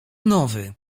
nowy